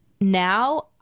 now